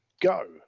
go